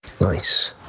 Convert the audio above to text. Nice